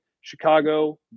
Chicago